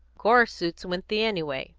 gore suits winthy, anyway,